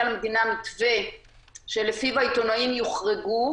למדינה מתווה שלפיו העיתונאים יוחרגו,